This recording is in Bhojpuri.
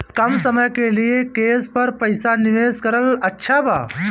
कम समय के लिए केस पर पईसा निवेश करल अच्छा बा?